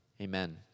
Amen